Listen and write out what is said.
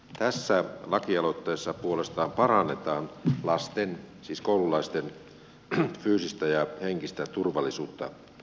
tässä lakialoitteessa puolestaan parannetaan lasten siis koululaisten fyysistä ja henkistä turvallisuutta